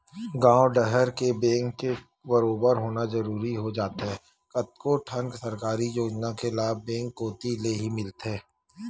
गॉंव डहर के बेंक के बरोबर होना जरूरी हो जाथे कतको ठन सरकारी योजना के लाभ बेंक कोती लेही मिलथे